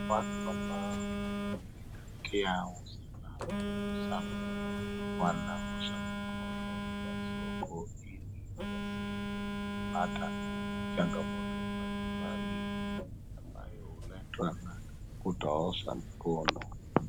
Watu ambao wamezingatia usalama na usafi wanaosha mikono kwa soko ili wasije kupata changamoto mbalimbali ambayo huletwa na kutoosha mkono.